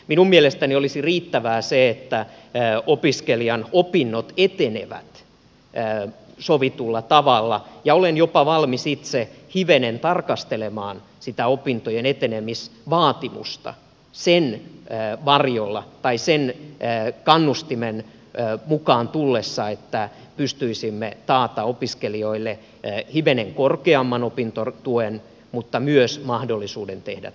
minun mielestäni olisi riittävää se että opiskelijan opinnot etenevät sovitulla tavalla ja olen valmis itse jopa hivenen tarkastelemaan sitä opintojen etenemisvaatimusta sen varjolla tai sen kannustimen mukaan tullessa että pystyisimme takaamaan opiskelijoille hivenen korkeamman opintotuen mutta myös mahdollisuuden tehdä työtä